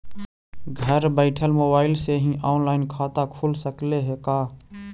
घर बैठल मोबाईल से ही औनलाइन खाता खुल सकले हे का?